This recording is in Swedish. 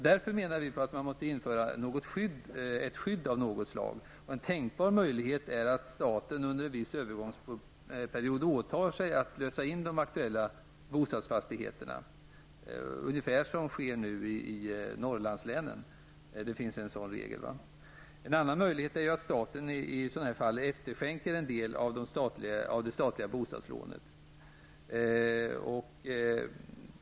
Vi menar därför att man måste införa ett skydd av något slag. En tänkbar möjlighet är att staten under en viss övergångsperiod åtar sig att lösa in de aktuella bostadsfastigheterna ungefär på samma sätt som nu sker i Norrlandslänen, för vilka det finns en sådan regel. En annan möjlighet är att staten i sådana fall efterskänker en del av det statliga bostadslånet.